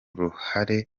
ruhare